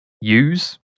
use